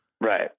Right